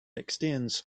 extends